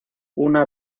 una